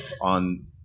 on